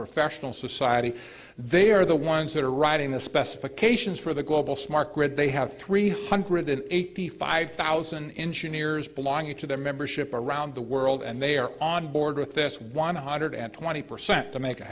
professional society they are the ones that are writing the specifications for the global smart grid they have three hundred eighty five thousand engineers belonging to their membership around the world and they are on board with this one hundred and twenty percent to make it